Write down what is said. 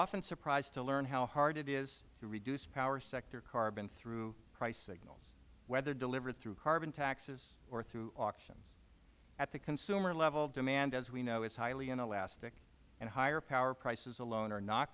often surprised to learn how hard it is to reduce power sector carbon through price signals whether delivered through carbon taxes or through auctions at the consumer level demand as we know is highly inelastic and higher power prices alone are not